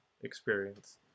experience